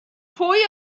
pwy